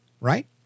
right